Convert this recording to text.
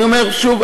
אני אומר שוב,